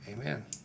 amen